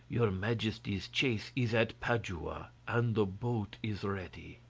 your majesty's chaise is at padua, and the boat is ready.